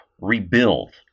Rebuild